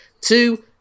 Two